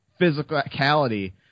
physicality